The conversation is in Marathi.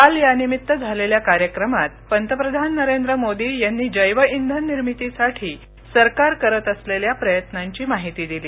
काल यानिमित्त झालेल्या कार्यक्रमात पंतप्रधान नरेंद्र मोदी यांनी जैवइंधन निर्मितीसाठी सरकार करत असलेल्या प्रयत्नांची माहिती दिली